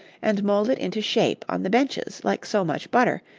and mold it into shape on the benches like so much butter,